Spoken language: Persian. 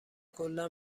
کلا